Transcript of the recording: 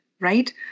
right